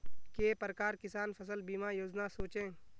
के प्रकार किसान फसल बीमा योजना सोचें?